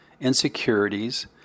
insecurities